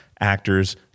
actors